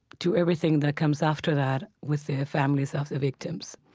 to everything that comes after that with the families of the victims.